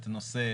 את הנושא